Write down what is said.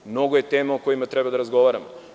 Mnogo je tema o kojima treba da razgovaramo.